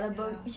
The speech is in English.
ya